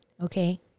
okay